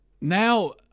now